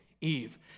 Eve